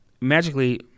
Magically